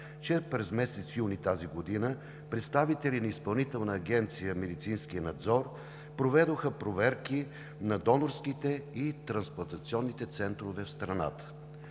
че през месец юни тази година представители на Изпълнителна агенция „Медицински надзор“ проведоха проверки на донорските и трансплантационните центрове в страната.